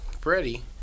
Freddie